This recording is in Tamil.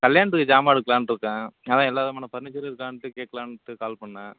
கல்யாணத்துக்கு சாமான் எடுக்கலாண்டு இருக்கேன் அதுதான் எல்லாவிதமான பர்னிச்சர் இருக்காண்டு கேட்கலாண்டு கால் பண்ணிணேன்